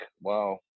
wow